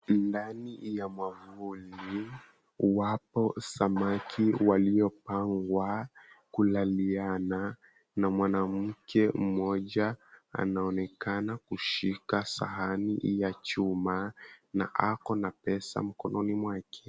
Ndani ya mwavuli, wapo samaki waliopagwa kulaliana, na mwanamke mmoja anaoneka kushika sahani ya chuma na ako na pesa mkononi mwake.